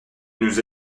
nous